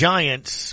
Giants